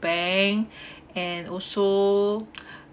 bank and also